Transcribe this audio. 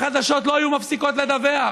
החדשות לא היו מפסיקות לדווח.